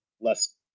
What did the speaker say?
less